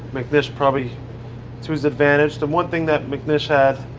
mcnish, probably to his advantage. the one thing that mcnish had